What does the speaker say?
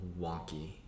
wonky